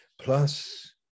plus